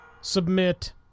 submit